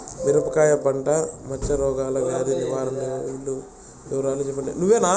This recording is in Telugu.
మిరపకాయ పంట మచ్చ రోగాల వ్యాధి నివారణ వివరాలు చెప్పండి?